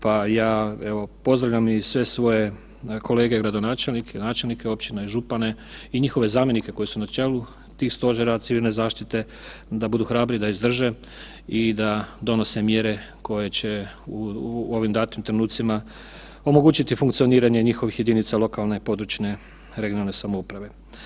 Pa ja evo pozdravljam i sve svoje kolege gradonačelnike, načelnike općine, župane i njihove zamjenike koji su na čelu tih stožera civilne zaštite da budu hrabri, da izdrže i da donose mjere koje će u ovim datim trenucima omogućiti funkcioniranje njihovih jedinica lokalne, područne, regionalne samouprave.